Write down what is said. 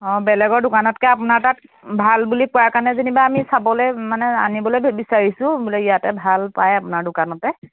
অঁ বেলেগৰ দোকানতকৈ আপোনাৰ তাত ভাল বুলি কোৱাৰ কাৰণে যেনিবা আমি চাবলৈ মানে আনিবলৈ বিচাৰিছোঁ বোলে ইয়াতেই ভাল পায় আপোনাৰ দোকানতে